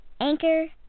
Anchor